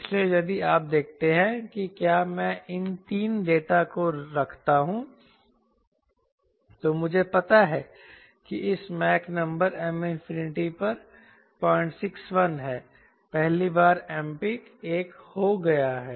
इसलिए यदि आप देखते हैं कि क्या मैं इन तीन डेटा को रखता हूं तो मुझे पता है कि इस मैक नंबर पर M 061 है पहली बार Mpeak 10 हो गया है